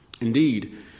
Indeed